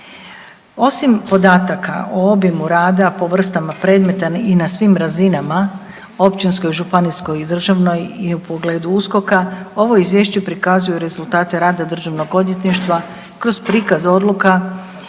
Osim podataka o obimu rada, po vrstama predmeta i na svim razinama općinskoj, županijskoj i državnoj i u pogledu USKOK-a ovo izvješće pokazuje rezultate rada državnih odvjetništava kroz prikaz odluka,